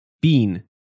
Bean